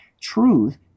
truth